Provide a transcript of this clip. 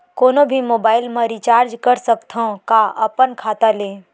कोनो भी मोबाइल मा रिचार्ज कर सकथव का अपन खाता ले?